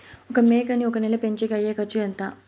ఒక మేకని ఒక నెల పెంచేకి అయ్యే ఖర్చు ఎంత?